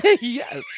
Yes